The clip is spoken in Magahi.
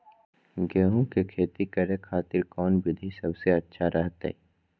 गेहूं के खेती करे खातिर कौन विधि सबसे अच्छा रहतय?